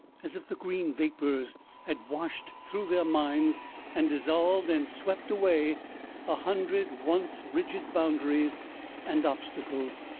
as if the green vapors had washed through their minds and dissolved and swept away a hundred once rigid boundaries and obstacles.